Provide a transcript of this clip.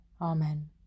Amen